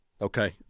Okay